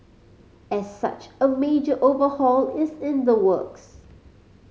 as such a major overhaul is in the works